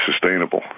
sustainable